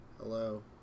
hello